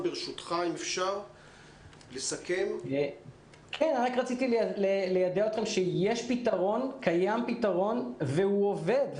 רציתי ליידע אתכם שיש פתרון והוא עובד.